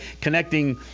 connecting